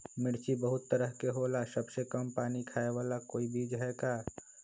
मिर्ची बहुत तरह के होला सबसे कम पानी खाए वाला कोई बीज है का?